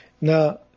Now